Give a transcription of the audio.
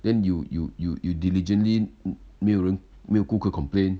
then you you you you diligently 没有人没有顾客 complain